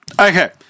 Okay